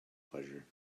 pleasure